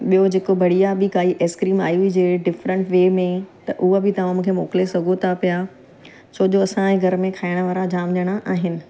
ॿियों जेको बढ़िया बि काई एसक्रीम आई हुजे डिफ्रंट वे में त उहा बि तव्हां मूंखे मोकिले सघो था पिया छो जो असांजे घर में खाइण वारा जाम ॼणा आहिनि